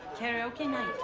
karaoke night.